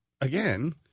again